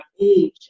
age